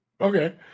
Okay